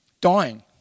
dying